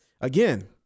Again